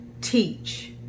teach